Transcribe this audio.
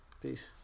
peace